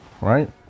right